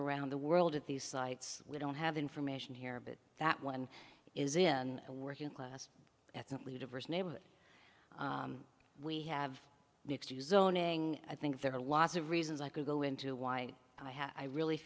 around the world at these sites we don't have information here but that one is in a working class ethnically diverse neighborhood we have the excuse owning i think there are lots of reasons i could go into why i have i really